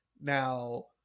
Now